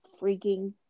freaking